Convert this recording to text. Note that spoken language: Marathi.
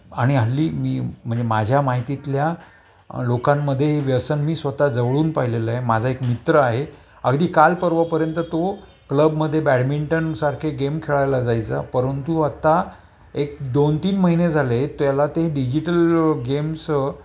आणि हल्ली मी म्हणजे माझ्या माहितीतल्या लोकांमध्ये व्यसन मी स्वतः जवळून पाहिलेलंय माझा एक मित्र आहे अगदी काल पर्वापर्यंत तो क्लबमध्ये बॅडमिंटनसारखे गेम खेळायला जायचं परंतु आत्ता एक दोन तीन महिने झालेत त्येला ते डिजिटल गेम्स